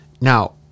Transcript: Now